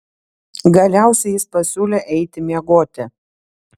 galiausiai jis pasiūlė eiti miegoti